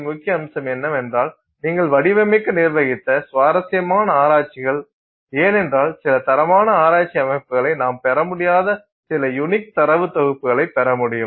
D முக்கிய அம்சம் என்னவென்றால் நீங்கள் வடிவமைக்க நிர்வகித்த சுவாரசியமான ஆராய்ச்சிகள் ஏனென்றால் சில தரமான ஆராய்ச்சி அமைப்புகளை நாம் பெற முடியாத சில யூனிக் தரவு தொகுப்புகளை பெற முடியும்